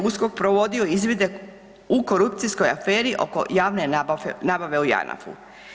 USKOK provodio izvide u korupcijskoj aferi oko javne nabave u Janafu.